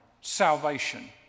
salvation